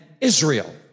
Israel